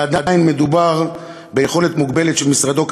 אבל עדיין מדובר ביכולת מוגבלת של משרדו,